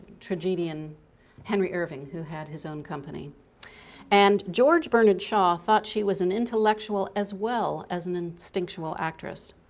tragedian henry irving who had his own company and george bernard shaw thought she was an intellectual as well as an instinctual actress.